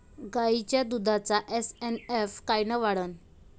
गायीच्या दुधाचा एस.एन.एफ कायनं वाढन?